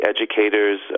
educators